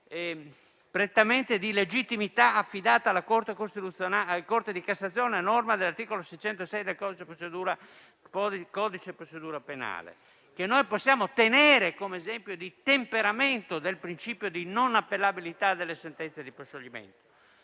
revisione di legittimità, affidata alla Corte di cassazione, a norma dell'articolo 606 del codice di procedura penale, che possiamo tenere come esempio di temperamento del principio di non appellabilità delle sentenze di proscioglimento.